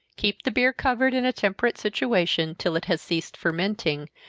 keep the beer covered in a temperate situation, till it has ceased fermenting,